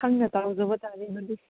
ꯈꯪꯅ ꯇꯧꯖꯕ ꯇꯥꯔꯦ ꯑꯗꯨꯗꯤ